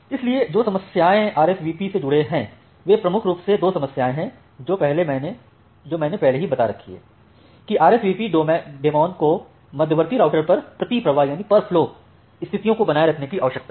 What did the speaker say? इसलिए जो समस्याएं आरएसवीपी से जुड़ी हैं वे प्रमुख रूप से दो समस्याएं हैं जो मैंने पहले ही बता रखी हैं कि आरएसवीपी डेमॉन को मध्यवर्ती राउटर पर प्रति प्रवाह स्तिथियों को बनाए रखने की आवश्यकता है